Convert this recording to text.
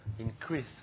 Increase